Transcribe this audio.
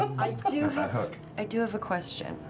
i do i do have a question.